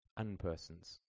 unpersons